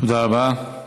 תודה רבה.